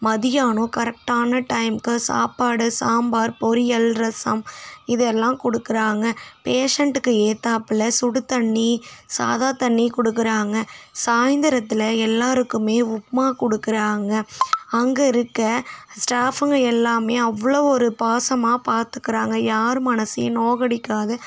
மத்தியானம் கரெக்டான டைமுக்கு சாப்பாடு சாம்பார் பொரியல் ரசம் இது எல்லாம் கொடுக்குறாங்க பேஷண்ட்டுக்கு ஏற்றாப்புல சுடு தண்ணி சாதா தண்ணி கொடுக்குறாங்க சாயிந்தரத்தில் எல்லாேருக்குமே உப்புமா கொடுக்குறாங்க அங்கே இருக்க ஸ்டாஃபுங்கள் எல்லாமே அவ்வளோ ஒரு பாசமாக பார்த்துக்குறாங்க யார் மனதையும் நோக அடிக்காத